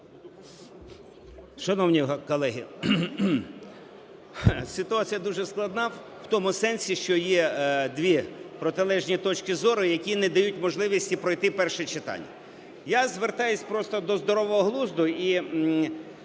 Шановні колеги, ситуація дуже складна в тому сенсі, що є дві протилежні точки зору, які не дають можливості пройти перше читання. Я звертаюсь просто до здорового глузду